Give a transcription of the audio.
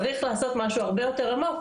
צריך לעשות משהו הרבה יותר עמוק.